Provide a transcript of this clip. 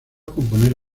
componer